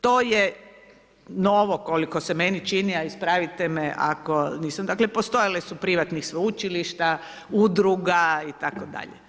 To je novo koliko se meni čini, a ispravite me ako nisam, dakle postojala su privatna sveučilišta, udruga itd.